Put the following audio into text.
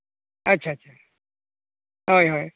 ᱟᱪᱪᱷᱟ ᱟᱪᱪᱷᱟ ᱦᱳᱭ ᱦᱳᱭ